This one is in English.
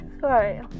sorry